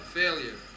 failure